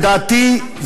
לדעתי,